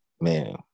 man